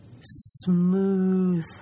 smooth